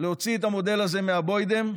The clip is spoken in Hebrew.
להוציא את המודל הזה מהבוידעם.